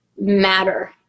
matter